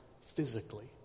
physically